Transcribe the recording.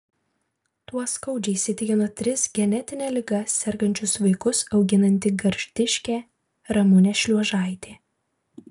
tuo skaudžiai įsitikino tris genetine liga sergančius vaikus auginanti gargždiškė ramunė šliuožaitė